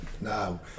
No